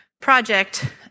project